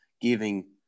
giving